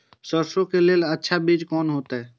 सरसों के लेल अच्छा बीज कोन होते?